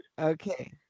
Okay